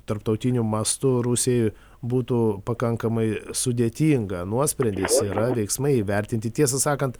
tarptautiniu mastu rusijoj būtų pakankamai sudėtinga nuosprendis yra veiksmai įvertinti tiesą sakant